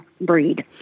breed